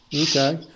Okay